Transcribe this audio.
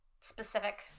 specific